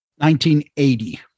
1980